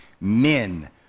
men